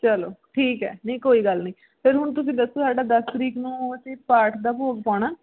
ਚਲੋ ਠੀਕ ਹੈ ਨਹੀਂ ਕੋਈ ਗੱਲ ਨਹੀਂ ਫਿਰ ਹੁਣ ਤੁਸੀਂ ਦੱਸੋ ਸਾਡਾ ਦਸ ਤਰੀਕ ਨੂੰ ਅਸੀਂ ਪਾਠ ਦਾ ਭੋਗ ਪਾਉਣਾ